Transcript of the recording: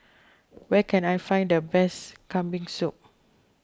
where can I find the best Kambing Soup